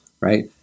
right